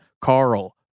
Carl